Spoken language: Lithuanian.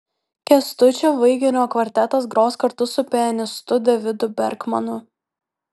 kęstučio vaiginio kvartetas gros kartu su pianistu davidu berkmanu